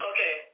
Okay